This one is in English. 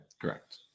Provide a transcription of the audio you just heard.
Correct